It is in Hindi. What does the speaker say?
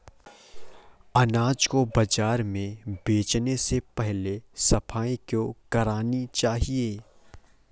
अनाज को बाजार में बेचने से पहले सफाई क्यो करानी चाहिए?